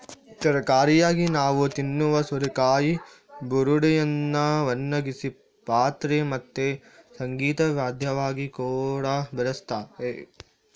ತರಕಾರಿಯಾಗಿ ನಾವು ತಿನ್ನುವ ಸೋರೆಕಾಯಿ ಬುರುಡೆಯನ್ನ ಒಣಗಿಸಿ ಪಾತ್ರೆ ಮತ್ತೆ ಸಂಗೀತ ವಾದ್ಯವಾಗಿ ಕೂಡಾ ಬಳಸ್ತಾರೆ